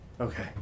Okay